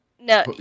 No